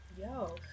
Yo